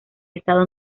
estado